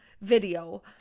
video